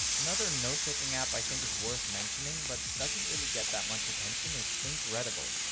another note taking app i think is worth mentioning but doesn't really get that much attention is inkredible.